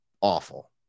awful